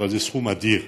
אבל הוא סכום אדיר.